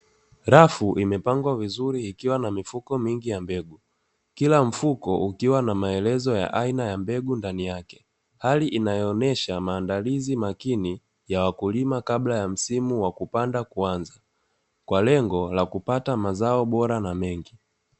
Rafu imepangwa vizuri ikiwa na mifuko mingi ya mbegu, kila mfuko ikiwa na maelezo ya aina ya mbegu ndani yake, Hali inayoonesha maandalizi makini ya wakulima kabla ya msimu wa kupanda kuanza kwa lengo la kupata mazao bora na mengi.